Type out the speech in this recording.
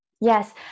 Yes